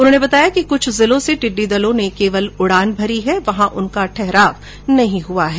उन्होंने बताया कि कुछ जिलों से टिड्डी दलों ने केवल उड़ान भरी है वहां उनका ठहराव नहीं हुआ है